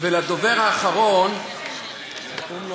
ולדובר האחרון,